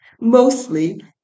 mostly